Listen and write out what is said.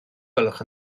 gwelwch